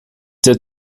der